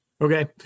Okay